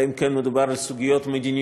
אלא אם כן מדובר על סוגיות מדיניוּת,